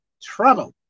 trouble